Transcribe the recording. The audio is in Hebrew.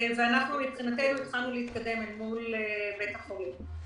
מבחינתנו, התחלנו להתקדם מול בית החולים.